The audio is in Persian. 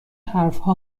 حرفها